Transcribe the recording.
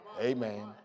Amen